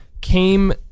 Came